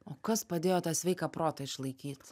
o kas padėjo tą sveiką protą išlaikyt